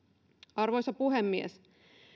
arvoisa puhemies